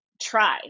try